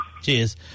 Cheers